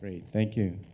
thank you.